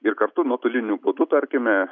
ir kartu nuotoliniu būdu tarkime